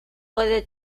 puede